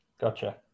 Gotcha